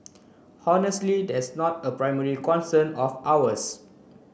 honestly that's not a primary concern of ours